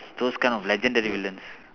those kind of legendary villains